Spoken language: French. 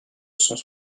cent